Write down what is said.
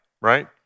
right